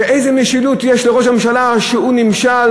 ואיזו משילות יש לראש הממשלה, שהוא נמשל